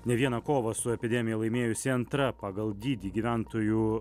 ne vieną kovą su epidemija laimėjusi antra pagal dydį gyventojų